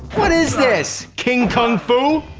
what is this, king kong fu?